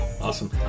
Awesome